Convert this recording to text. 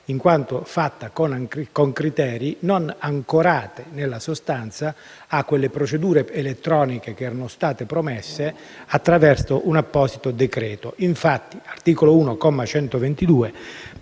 in quanto fatta con criteri non ancorati, nella sostanza, alle procedure elettroniche promesse attraverso un apposito decreto. Infatti, il comma 122